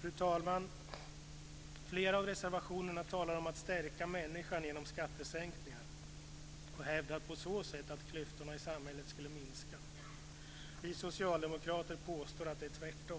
Fru talman! Flera av reservationerna talar om att stärka människan genom skattesänkningar och hävdar på så sätt att klyftorna i samhället skulle minska. Vi socialdemokrater påstår att det är tvärtom.